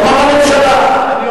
תאמר לממשלה.